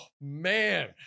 man